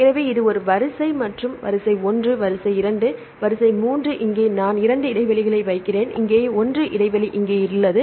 எனவே இது ஒரு வரிசை1வரிசை 2 மற்றும் வரிசை 3 இங்கே நான் 2 இடைவெளிகளை வைக்கிறேன் இங்கே 1 இடைவெளி இங்கே உள்ளது